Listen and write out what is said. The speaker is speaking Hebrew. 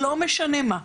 לא משנה מה.